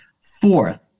Fourth